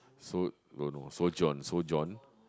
so~ don't know sojourn sojourn